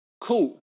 Cool